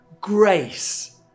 Grace